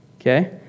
Okay